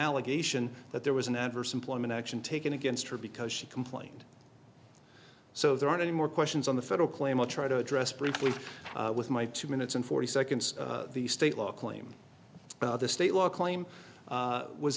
allegation that there was an adverse employment action taken against her because she complained so there aren't any more questions on the federal claim i'll try to address briefly with my two minutes and forty seconds the state law claim the state law claim